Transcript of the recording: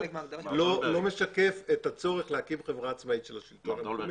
לא משקף את הצורך להקים חברה עצמאית של השלטון המקומי,